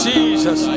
Jesus